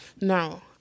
No